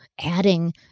adding